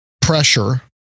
pressure